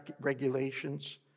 regulations